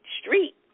street